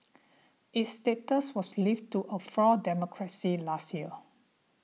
its status was lifted to a flawed democracy last year